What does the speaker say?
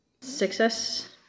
Success